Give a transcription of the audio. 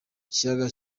kiyaga